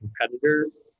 competitors